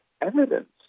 evidence